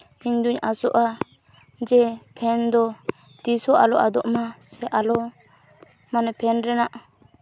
ᱤᱧᱫᱩᱧ ᱟᱥᱚᱜᱼᱟ ᱡᱮ ᱯᱷᱮᱱ ᱫᱚ ᱛᱤᱥ ᱦᱚᱸ ᱟᱞᱚ ᱟᱫᱚᱜ ᱢᱟ ᱥᱮ ᱟᱞᱚ ᱢᱟᱱᱮ ᱯᱷᱮᱱ ᱨᱮᱱᱟᱜ